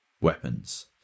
weapons